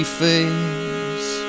face